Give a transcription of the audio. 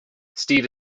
steve